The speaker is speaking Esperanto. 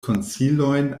konsilojn